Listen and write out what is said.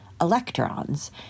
electrons